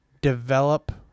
develop